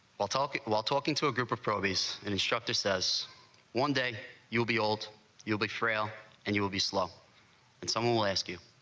while talk while talking to a group of pro these instructor says one day you'll be alt you'll be frail, and you will be slow and someone ask you,